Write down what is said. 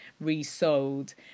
resold